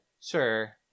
Sure